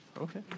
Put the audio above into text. Okay